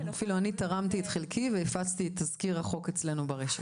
אפילו אני תרמתי את חלקי והפצתי את תזכיר החוק אצלינו ברשת.